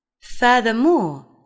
Furthermore